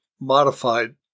modified